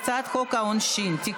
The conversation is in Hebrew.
ההצעה להעביר את הצעת חוק העונשין (תיקון,